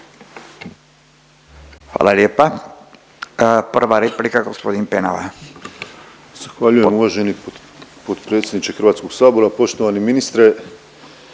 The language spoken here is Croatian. Hvala lijepa. Prva replika g. Penava.